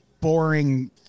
boring